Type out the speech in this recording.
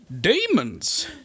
Demons